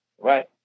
right